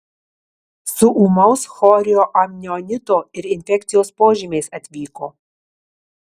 su ūmaus chorioamnionito ir infekcijos požymiais atvyko